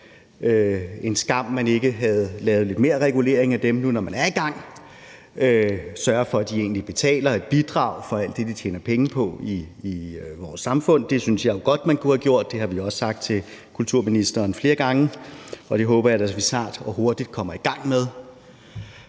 en skam, at man ikke lavede lidt mere regulering af dem, når nu vi er i gang, og sørgede for, at de egentlig betaler et bidrag for alt det, de tjener penge på i vores samfund. Det synes jeg jo godt man kunne have gjort – det har vi også sagt til kulturministeren flere gange, og det håber jeg da at vi snart og hurtigt kommer i gang med.